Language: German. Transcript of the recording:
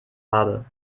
habe